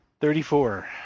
Thirty-four